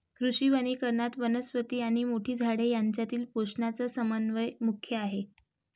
कृषी वनीकरणात, वनस्पती आणि मोठी झाडे यांच्यातील पोषणाचा समन्वय मुख्य आहे